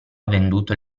venduto